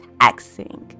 taxing